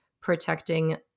protecting